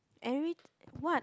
every what